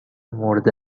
مورد